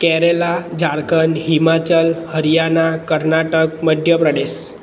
Kerala Jharkhand Himachal Haryana Karnataka Madhya Pradesh